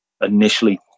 initially